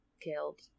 killed